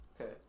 okay